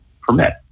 permit